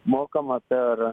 mokama per